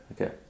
Okay